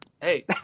Hey